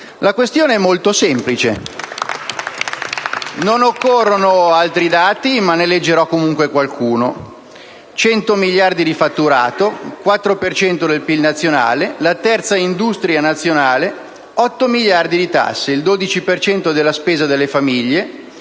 La questione è molto semplice. Non occorrono altri dati, ma ne leggerò comunque qualcuno: 100 miliardi di euro di fatturato, 4 per cento del PIL nazionale, terza industria nazionale, 8 miliardi di euro di tasse; il 12 per cento della spesa delle famiglie